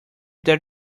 their